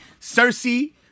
Cersei